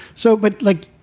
so but like,